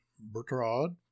Bertrand